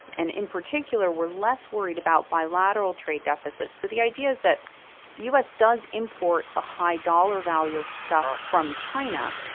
and in particular were less worried about bilateral trade deficits. so the idea is that the us does import a high dollar value of stuff from china,